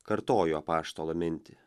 kartoju apaštalo mintį